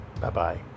Bye-bye